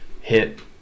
hit